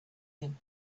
him